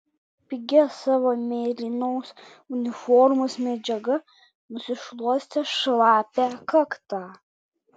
pigia savo mėlynos uniformos medžiaga nusišluostė šlapią kaktą